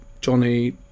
Johnny